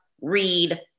read